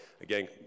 again